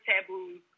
taboos